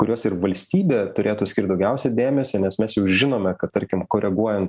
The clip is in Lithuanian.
kuriuos ir valstybė turėtų skirt daugiausia dėmesį nes mes jau žinome kad tarkim koreguojant